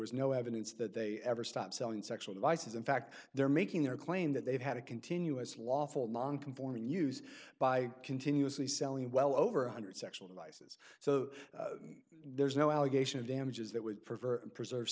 was no evidence that they ever stop selling sexual devices in fact they're making their claim that they've had a continuous lawful non conforming use by continuously selling well over one hundred sexual devices so there's no allegation of damages that would prefer preserve